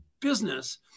business